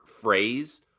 phrase